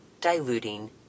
diluting